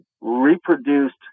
reproduced